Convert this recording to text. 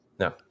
No